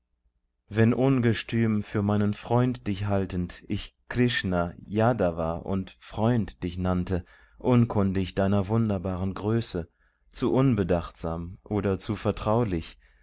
wenn ungestüm für meinen freund dich haltend ich krishna ydava und freund dich nannte unkundig deiner wunderbaren größe zu unbedachtsam oder zu vertraulich